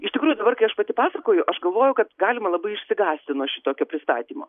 iš tikrųjų dabar kai aš pati pasakoju aš galvoju kad galima labai išsigąsti nuo šitokio pristatymo